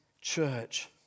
church